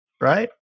right